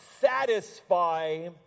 satisfy